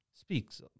speaks